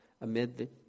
amid